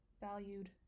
valued